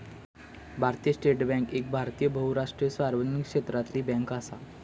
भारतीय state bank एक भारतीय बहुराष्ट्रीय सार्वजनिक क्षेत्रातली बॅन्क असा